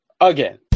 again